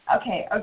Okay